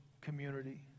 community